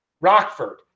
Rockford